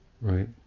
right